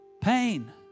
Pain